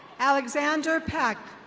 alexander peck.